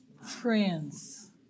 friends